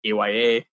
AYA